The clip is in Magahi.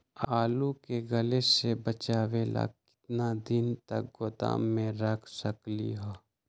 आलू के गले से बचाबे ला कितना दिन तक गोदाम में रख सकली ह?